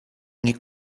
nie